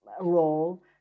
role